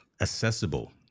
accessible